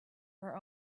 her